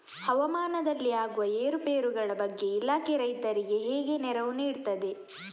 ಹವಾಮಾನದಲ್ಲಿ ಆಗುವ ಏರುಪೇರುಗಳ ಬಗ್ಗೆ ಇಲಾಖೆ ರೈತರಿಗೆ ಹೇಗೆ ನೆರವು ನೀಡ್ತದೆ?